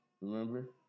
Remember